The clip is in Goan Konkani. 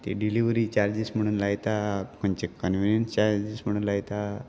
ती डिलिवरी चार्जीस म्हणून लायता खंयचे कनविनियन्स चार्जीस म्हणण लायता